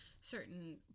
certain